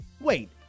wait